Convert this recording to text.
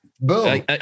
Boom